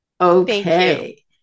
Okay